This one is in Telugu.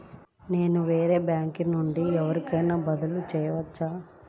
నేను వేరే బ్యాంకు నుండి ఎవరికైనా డబ్బు బదిలీ చేయవచ్చా?